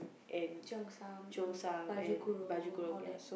cheongsam baju kurung all that